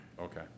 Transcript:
Okay